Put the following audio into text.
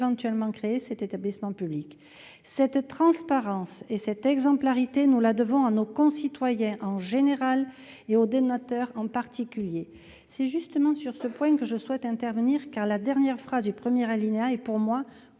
créer cet établissement public. Cette transparence et cette exemplarité, nous les devons à nos concitoyens en général et aux donateurs en particulier. C'est justement sur ce point que je souhaite intervenir, car la dernière phrase du premier alinéa de cet